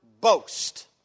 boast